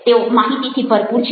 તેઓ માહિતીથી ભરપૂર છે